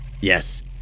Yes